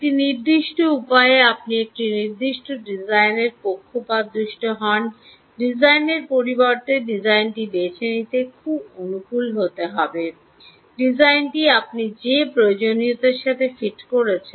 একটি নির্দিষ্ট উপায়ে আপনি একটি নির্দিষ্ট ডিজাইনের পক্ষপাতদুষ্ট হন ডিজাইনের পরিবর্তে ডিজাইনটি বেছে নিতে খুব অনুকূল হতে হবে ডিজাইনটি আপনি যে প্রয়োজনীয়তার সাথে ফিট করছেন